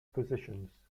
positions